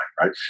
right